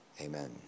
amen